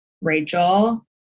Rachel